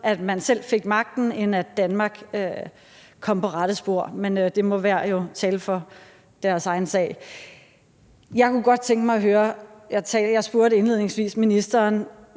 at man selv fik magten, end at Danmark kom på rette spor. Men enhver må jo tale for sin egen sag. Jeg kunne godt tænke mig at høre noget. Jeg spurgte indledningsvis ministeren